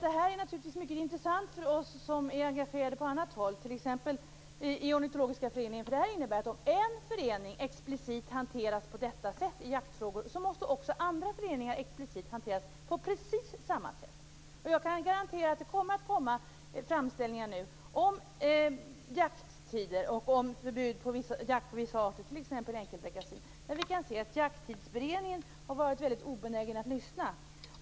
Det här är naturligtvis mycket intressant för oss som är engagerade på annat håll, t.ex. i Ornitologiska föreningen. Om en förening explicit hanteras på detta sätt när det gäller jaktfrågor måste också andra föreningar explicit hanteras på precis samma sätt. Jag kan garantera att det nu kommer att komma framställningar om jakttider och om förbud av jakt på vissa arter, t.ex. enkelbeckasinen. Jakttidsberedningen har varit obenägen att lyssna.